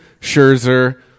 Scherzer